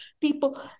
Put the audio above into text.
People